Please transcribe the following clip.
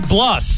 Plus